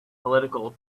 political